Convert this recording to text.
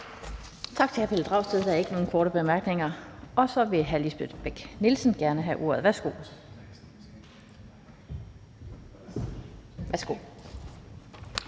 Tak til hr. Pelle Dragsted. Der er ikke nogen korte bemærkninger. Så vil fru Lisbeth Bech-Nielsen gerne have ordet. Værsgo